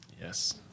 Yes